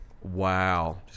Wow